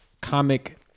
comic